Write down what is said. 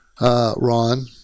Ron